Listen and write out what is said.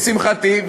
לשמחתי,